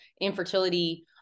infertility